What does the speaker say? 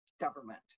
government